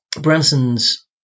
Branson's